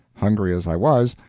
hungry as i was,